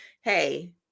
Hey